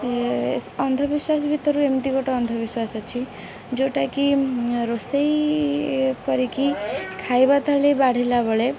ଏ ଅନ୍ଧବିଶ୍ୱାସ ଭିତରୁ ଏମିତି ଗୋଟେ ଅନ୍ଧବିଶ୍ୱାସ ଅଛି ଯେଉଁଟାକି ରୋଷେଇ କରିକି ଖାଇବା ଥାଳି ବାଢ଼ିଲା ବେଳେ